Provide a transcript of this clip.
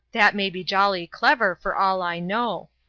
that may be jolly clever, for all i know.